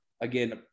Again